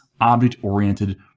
object-oriented